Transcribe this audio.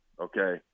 okay